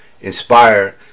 inspire